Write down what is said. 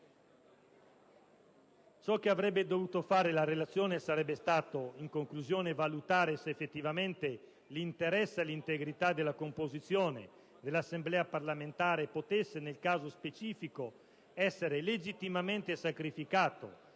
Ciò che avrebbe dovuto fare la relazione sarebbe stato, in conclusione, valutare se effettivamente l'interesse all'integrità della composizione dell'Assemblea parlamentare potesse, nel caso specifico, essere legittimamente sacrificato